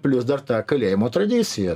plius dar ta kalėjimo tradicija